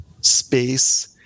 space